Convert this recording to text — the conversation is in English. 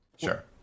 Sure